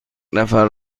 نفر